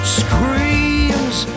screams